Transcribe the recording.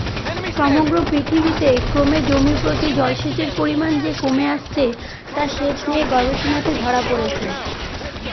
সমগ্র পৃথিবীতে ক্রমে জমিপ্রতি জলসেচের পরিমান যে কমে আসছে তা সেচ নিয়ে গবেষণাতে ধরা পড়েছে